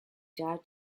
jar